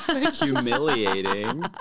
Humiliating